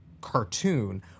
cartoon